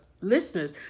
listeners